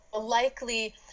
likely